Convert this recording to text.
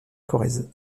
corrèze